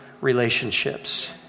relationships